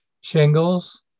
shingles